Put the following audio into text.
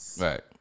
Right